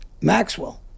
Maxwell